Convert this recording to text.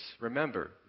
remember